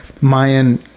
Mayan